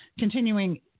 continuing